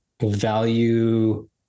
value